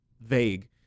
vague